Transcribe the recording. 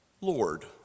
Lord